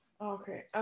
okay